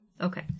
Okay